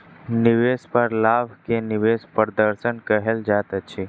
निवेश पर लाभ के निवेश प्रदर्शन कहल जाइत अछि